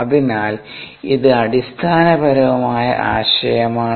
അതിനാൽ ഇത് അടിസ്ഥാനപരവുമായ ആശയമാണ്